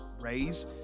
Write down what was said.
raise